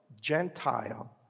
Gentile